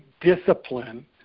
discipline